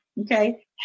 okay